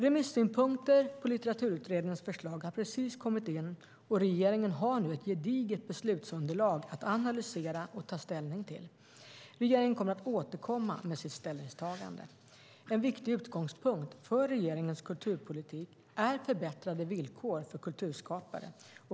Remissynpunkter på Litteraturutredningens förslag har precis kommit in, och regeringen har nu ett gediget beslutsunderlag att analysera och ta ställning till. Regeringen kommer att återkomma med sitt ställningstagande. En viktig utgångspunkt för regeringens kulturpolitik är förbättrade villkor för kulturskapare.